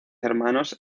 hermanos